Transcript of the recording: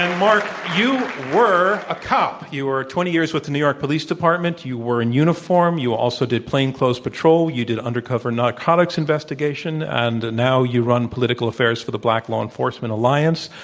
and, marq, you were a cop. you were twenty years with the new york police department. you were in uniform. you also did plain clothes patrol. you did undercover narcotics investigation and now you run political affairs for the black law enforcement alliance.